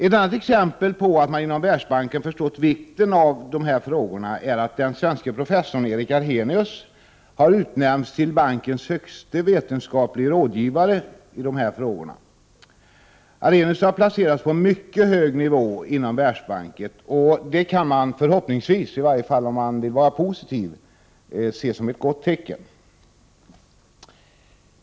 Ett annat exempel på att man inom Världsbanken förstått vikten av dessa frågor är att den svenske professorn Erik Arrhenius utnämnts till bankens högste vetenskaplige rådgivare i dessa frågor. Arrhenius har placerats på en mycket hög nivå inom Världsbanken, något som man förhoppningsvis, i varje fall om man vill vara positiv, kan se som ett gott tecken.